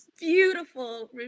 beautiful